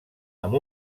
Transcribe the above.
amb